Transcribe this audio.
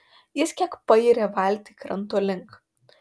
jis kiek payrė valtį kranto link